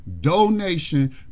donation